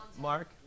Mark